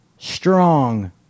strong